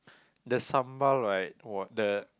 the sambal right [wah] the